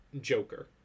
Joker